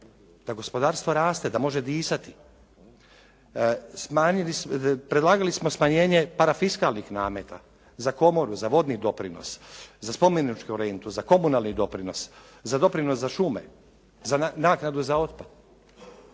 da gospodarstvo raste, da može disati. Smanjili smo, predlagali smo smanjenje parafiskalnih nameta za komoru, za vodni doprinos, za spomeničku rentu, za komunalni doprinos, za doprinos za šume, naknadu za otpad.